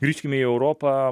grįžkime į europą